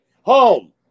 home